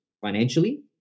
financially